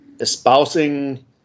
espousing